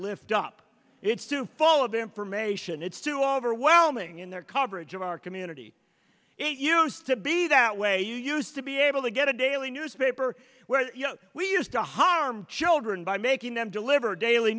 lift up it's too full of information it's too overwhelming in their coverage of our community it used to be that way you used to be able to get a daily newspaper where we used to harm children by making them deliver daily